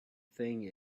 thing